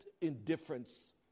indifference